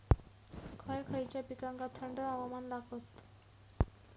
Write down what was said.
खय खयच्या पिकांका थंड हवामान लागतं?